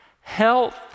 health